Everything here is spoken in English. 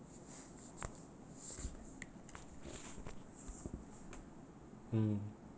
mm